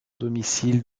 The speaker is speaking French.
domicile